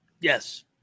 Yes